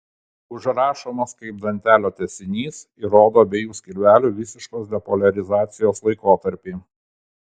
užrašomas kaip dantelio tęsinys ir rodo abiejų skilvelių visiškos depoliarizacijos laikotarpį